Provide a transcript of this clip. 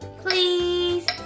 please